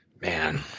man